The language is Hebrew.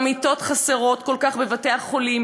והמיטות חסרות כל כך בבתי-החולים,